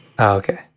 Okay